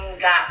got